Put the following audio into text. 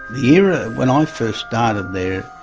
era when i first started there,